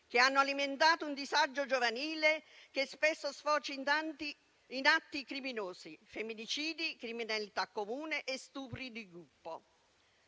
che hanno alimentato un disagio giovanile che spesso sfocia in atti criminosi: femminicidi, criminalità comune e stupri di gruppo.